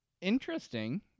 interesting